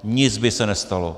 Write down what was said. Nic by se nestalo.